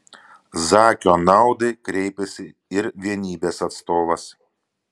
zakio naudai kreipėsi ir vienybės atstovas